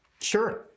Sure